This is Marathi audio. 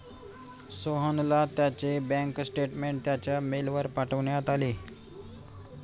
सोहनला त्याचे बँक स्टेटमेंट त्याच्या मेलवर पाठवण्यात आले